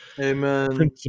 amen